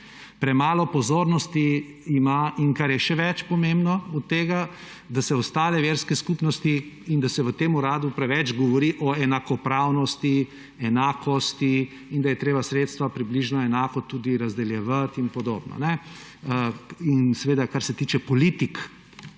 premalo pozornosti ima in kar je še več pomembno od tega, da se ostale verske skupnosti in da se v tem uradu preveč govori o enakopravnosti, enakosti in da je treba sredstva približno enako tudi razdeljevati in podobno; in seveda, kar se tiče politik,